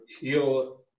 heal